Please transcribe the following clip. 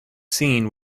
seen